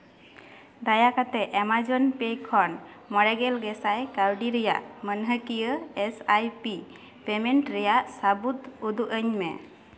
ᱫᱟᱭᱟ ᱠᱟᱛᱮᱫ ᱮᱢᱟᱡᱚᱱ ᱯᱮ ᱠᱷᱚᱱ ᱢᱚᱬᱮ ᱜᱮᱞ ᱜᱮᱥᱟᱭ ᱠᱟᱹᱣᱰᱤ ᱨᱮᱭᱟᱜ ᱢᱟᱹᱱᱦᱟᱹᱠᱤᱭᱟᱹ ᱮᱥ ᱟᱭ ᱯᱤ ᱯᱮᱢᱮᱱᱴ ᱨᱮᱭᱟᱜ ᱥᱟᱹᱵᱩᱫ ᱩᱫᱩᱜ ᱟᱹᱧ ᱢᱮ